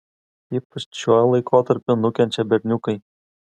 ypač šiuo laikotarpiu nukenčia berniukai